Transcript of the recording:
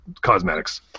cosmetics